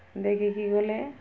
ଦେଖିକି ଗଲେ